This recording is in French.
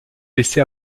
blessé